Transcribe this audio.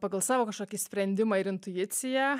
pagal savo kažkokį sprendimą ir intuiciją